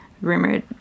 rumored